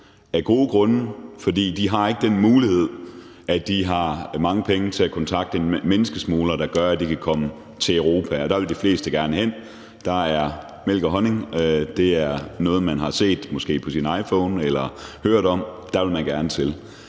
af gode grunde, fordi de ikke har mange penge og dermed ikke har mulighed for at kontakte en menneskesmugler, der gør, at de kan komme til Europa. Der vil de fleste gerne hen, for der er mælk og honning. Det er noget, man har set måske på sin iPhone eller har hørt om. Der vil man gerne til.